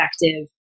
effective